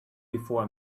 before